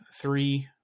three